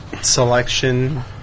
selection